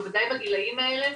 בוודאי בגילאים האלה,